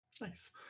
Nice